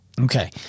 Okay